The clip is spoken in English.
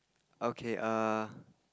okay err